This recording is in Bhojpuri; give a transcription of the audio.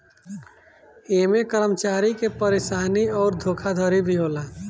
ऐमे कर्मचारी के परेशानी अउर धोखाधड़ी भी होला